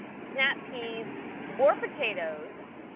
snap peas or potatoes.